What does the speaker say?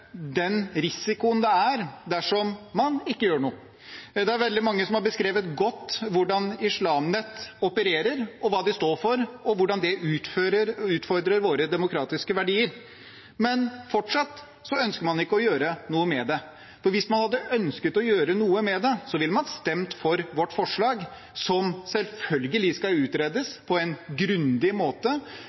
den risikoen det er dersom man ikke gjør noe. Det er veldig mange som har beskrevet godt hvordan Islam Net opererer, hva de står for, og hvordan det utfordrer våre demokratiske verdier. Men fortsatt ønsker man ikke å gjøre noe med det. For hvis man hadde ønsket å gjøre noe med det, ville man stemt for vårt forslag, som selvfølgelig skal utredes på en grundig måte